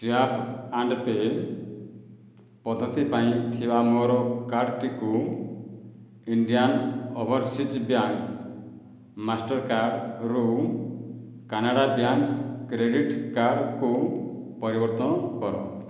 tap and pay ପଦ୍ଧତି ପାଇଁ ଥିବା ମୋର କାର୍ଡ଼ଟିକୁ ଇଣ୍ଡିଆନ୍ ଓଭରସିଜ୍ ବ୍ୟାଙ୍କ ମାଷ୍ଟର୍କାର୍ଡ଼ରୁ କାନାରା ବ୍ୟାଙ୍କ କ୍ରେଡ଼ିଟ୍ କାର୍ଡ଼କୁ ପରିବର୍ତ୍ତନ କର